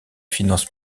finances